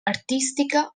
artística